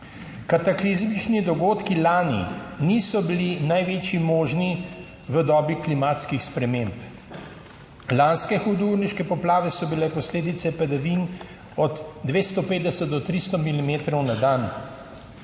Kataklizmični dogodki lani niso bili največji možni v dobi klimatskih sprememb. Lanske hudourniške poplave so bile posledice padavin od 250 do 300 milimetrov na dan.